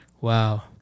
Wow